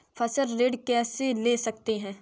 फसल ऋण कैसे ले सकते हैं?